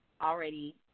already